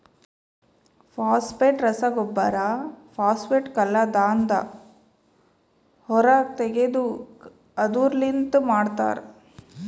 phosphate ರಸಗೊಬ್ಬರ phosphate ಕಲ್ಲದಾಂದ ಹೊರಗ್ ತೆಗೆದು ಅದುರ್ ಲಿಂತ ಮಾಡ್ತರ